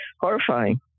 Horrifying